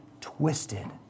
twisted